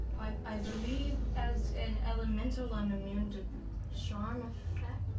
i believe, as an elemental, i'm immune to charm